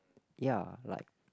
ya like